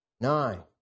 nine